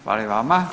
Hvala i vama.